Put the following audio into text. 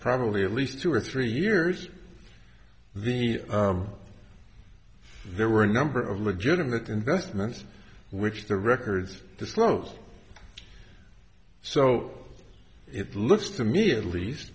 probably at least two or three years the there were a number of legitimate investments which the records disclosed so it looks to me at least